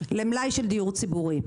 למלאי של דיור ציבורי?